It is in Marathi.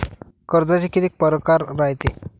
कर्जाचे कितीक परकार रायते?